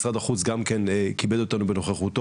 משרד החוץ גם כן כיבד אותנו בנוכחותו